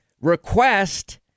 request